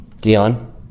Dion